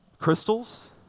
Crystals